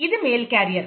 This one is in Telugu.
ఇది మేల్ క్యారియర్